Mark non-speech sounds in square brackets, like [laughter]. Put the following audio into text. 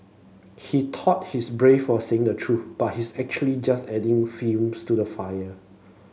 he thought he's brave for saying the truth but he's actually just adding fuel [unintelligible] to the fire